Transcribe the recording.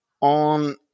on